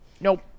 nope